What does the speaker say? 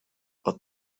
but